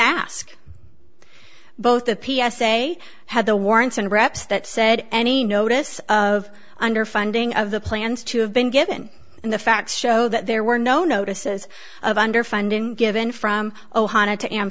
ask both of p s a had the warrants and reps that said any notice of underfunding of the plans to have been given and the facts show that there were no notices of underfunding given from ohana to am